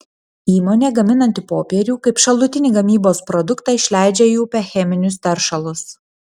įmonė gaminanti popierių kaip šalutinį gamybos produktą išleidžia į upę cheminius teršalus